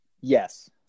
yes